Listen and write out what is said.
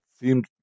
seemed